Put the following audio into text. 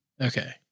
Okay